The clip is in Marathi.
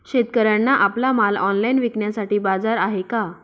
शेतकऱ्यांना आपला माल ऑनलाइन विकण्यासाठी बाजार आहे का?